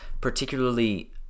particularly